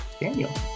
Daniel